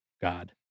God